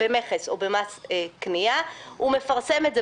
במכס או במס קנייה הוא מפרסם את זה